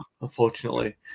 Unfortunately